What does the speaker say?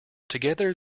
together